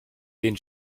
den